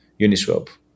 Uniswap